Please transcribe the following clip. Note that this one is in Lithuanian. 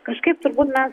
kažkaip turbūt na